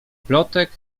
plotek